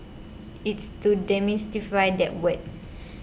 it's to demystify that word